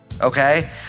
okay